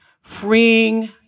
freeing